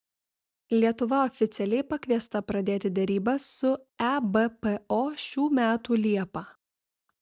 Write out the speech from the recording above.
lietuva oficialiai pakviesta pradėti derybas su ebpo šių metų liepą